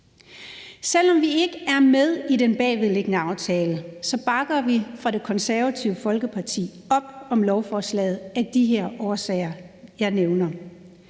Selv om vi ikke er med i den bagvedliggende aftale, bakker vi fra Det Konservative Folkeparti op om lovforslaget af de her årsager, jeg nævner.